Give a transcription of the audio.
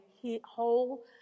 whole